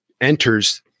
enters